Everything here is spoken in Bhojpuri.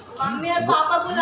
गोभी के बीया कब गिरावल जाला?